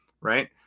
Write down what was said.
right